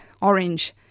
orange